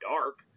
dark